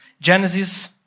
Genesis